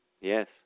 yes